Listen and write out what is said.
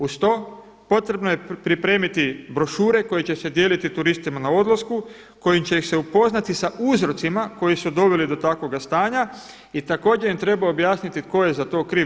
Uz to potrebno je pripremiti brošure koje će se dijeliti turistima na odlasku, kojim će se upoznati sa uzrocima koji su doveli do takvoga stanja i također im treba objasniti tko je za to kriv.